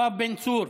יואב בן צור,